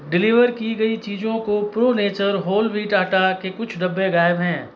deliver कि गयी चीजों को प्रो नेचर होल वीट आटा के कुछ डब्बे गायब हैं